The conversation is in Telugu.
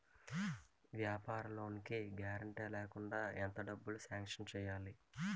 వ్యాపార లోన్ కి గారంటే లేకుండా ఎంత డబ్బులు సాంక్షన్ చేస్తారు?